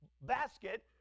basket